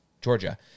Georgia